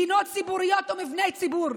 גינות ציבוריות או מבני ציבור,